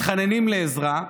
מתחננים לעזרה,